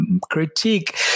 critique